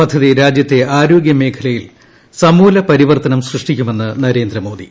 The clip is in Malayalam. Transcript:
പദ്ധതി രാജ്യത്തെ ആരോഗ്യ മേഖലയിൽ സമൂല പരിവർത്തനം സൃഷ്ടിക്കുമെന്ന് നരേന്ദ്രമോദി